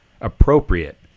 appropriate